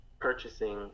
purchasing